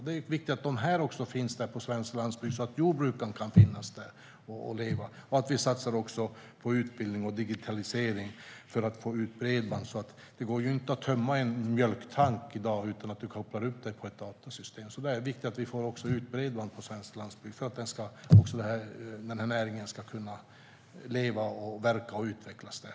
Det är viktigt att det finns landsbygdsbutiker så att jordbruken kan finnas och leva där. Vi satsar också på utbildning och digitalisering för att bygga ut bredband. Det går inte att tömma en mjölktank i dag utan att man kopplar upp sig på ett datasystem. Det är viktigt att man bygger ut bredband på svensk landsbygd för att jordbruksnäringen ska kunna leva, verka och utvecklas där.